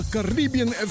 Caribbean